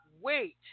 wait